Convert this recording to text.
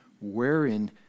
Wherein